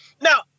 Now